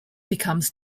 becomes